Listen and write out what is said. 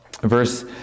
Verse